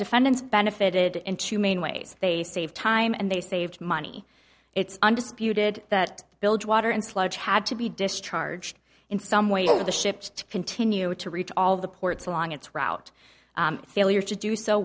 defendants benefited in two main ways they save time and they saved money it's undisputed that build water and sludge had to be discharged in some way over the ships to continue to reach all the ports along its route failure to do so